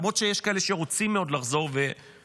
למרות שיש כאלה שרוצים מאוד לחזור ולחדש